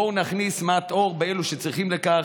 בואו נכניס מעט אור לאלה שצריכים לכך.